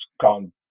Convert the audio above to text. gone